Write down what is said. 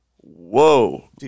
Whoa